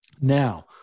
Now